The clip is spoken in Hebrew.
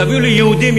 תביאו לי יהודים-יהודים,